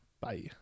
Bye